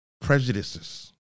prejudices